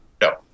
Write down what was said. No